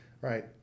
Right